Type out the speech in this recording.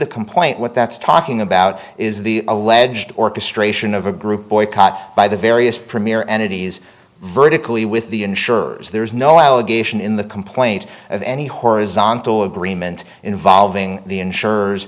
the complaint what that's talking about is the alleged orchestration of a group boycott by the various premier entities vertically with the insurers there's no allegation in the complaint of any horizontal agreement involving the insurers